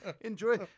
Enjoy